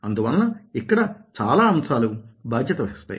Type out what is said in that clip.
అందువలన ఇక్కడ చాలా అంశాలు బాధ్యత వహిస్తాయి